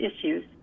issues